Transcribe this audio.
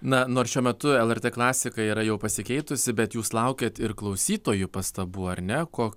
na nors šiuo metu lrt klasika yra jau pasikeitusi bet jūs laukiat ir klausytojų pastabų ar ne ko